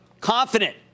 Confident